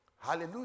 Hallelujah